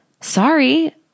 sorry